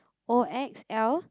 O X L